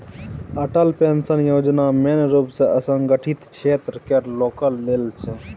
Atal pension Yojana main रुप सँ असंगठित क्षेत्र केर लोकक लेल छै